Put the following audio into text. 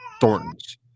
Thornton's